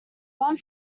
one